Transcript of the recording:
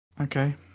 Okay